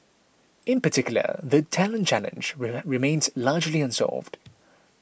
in particular the talent challenge remains largely unsolved